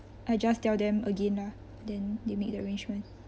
I just tell them again lah then they make the arrangement